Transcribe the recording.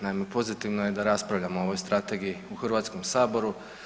Naime, pozitivnom je da raspravljamo o ovoj strategiji u Hrvatskom saboru.